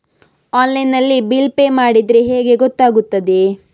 Online ನಲ್ಲಿ bill pay ಮಾಡಿದ್ರೆ ಹೇಗೆ ಗೊತ್ತಾಗುತ್ತದೆ?